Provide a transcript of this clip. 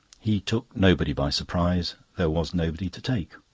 he took nobody by surprise there was nobody to take.